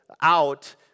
out